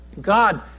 God